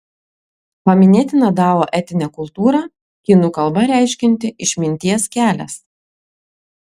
paminėtina dao etinė kultūra kinų kalba reiškianti išminties kelias